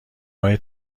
های